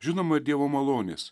žinoma ir dievo malonės